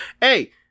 Hey